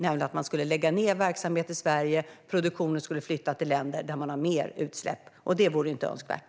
Om man skulle lägga ned verksamhet i Sverige skulle produktionen flytta till länder med mer utsläpp, och det vore inte önskvärt.